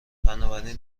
بنابراین